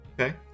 Okay